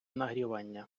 нагрівання